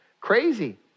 Crazy